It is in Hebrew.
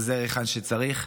עוזר היכן שצריך,